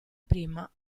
prima